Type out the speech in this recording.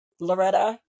Loretta